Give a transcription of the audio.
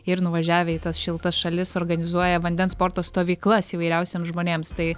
ir nuvažiavę į tas šiltas šalis organizuoja vandens sporto stovyklas įvairiausiems žmonėms tai